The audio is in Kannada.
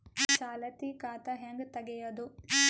ಚಾಲತಿ ಖಾತಾ ಹೆಂಗ್ ತಗೆಯದು?